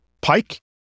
pike